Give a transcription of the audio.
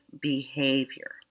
behavior